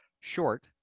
short